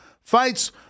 fights